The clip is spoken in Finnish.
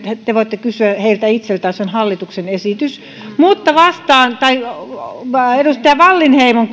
te voitte kysyä heiltä itseltään se on hallituksen esitys mutta vastaan edustaja wallinheimon